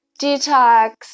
detox